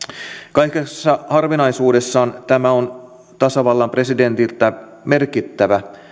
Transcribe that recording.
kaikessa harvinaisuudessaan tämä on tasavallan presidentiltä merkittävä